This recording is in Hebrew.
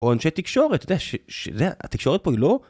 או אנשי תקשורת, אתה יודע, התקשורת פה היא לא...